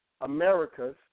Americas